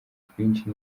twinshi